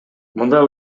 мындай